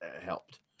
helped